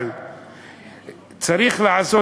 אבל צריך לעשות,